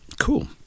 Cool